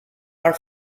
are